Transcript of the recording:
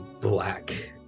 black